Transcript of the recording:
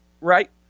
Right